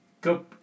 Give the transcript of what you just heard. Go